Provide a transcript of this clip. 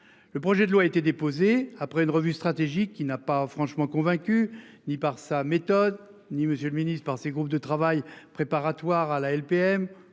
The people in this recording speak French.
le projet de loi a été déposée après une revue stratégique qui n'a pas franchement convaincu ni par sa méthode ni Monsieur le Ministre par ces groupes de travail préparatoire à la LPM